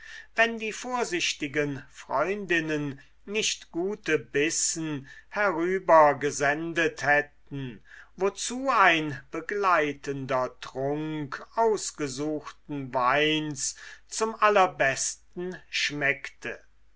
wenn die vorsichtigen freundinnen nicht gute bissen herübergesendet hätten wozu ein begleitender trunk ausgesuchten weins zum allerbesten schmeckte